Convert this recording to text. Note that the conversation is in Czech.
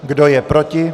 Kdo je proti?